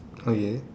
okay